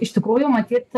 iš tikrųjų matyt